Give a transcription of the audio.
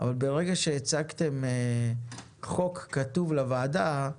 אבל ברגע שהצגתם חוק כתוב לוועדה,